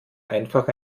einfach